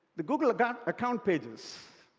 the google account account pages